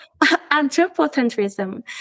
anthropocentrism